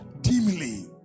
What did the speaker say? dimly